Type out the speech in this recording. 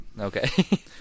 Okay